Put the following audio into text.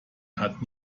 hat